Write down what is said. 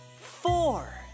four